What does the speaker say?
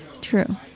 True